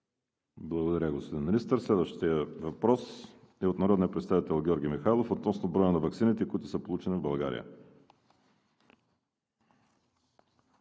Благодаря, господин Министър. Следващият въпрос е от народния представител Георги Михайлов относно броя на ваксините, които са получени в България.